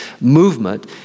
movement